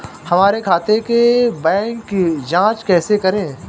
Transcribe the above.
हमारे खाते के बैंक की जाँच कैसे करें?